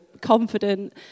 confident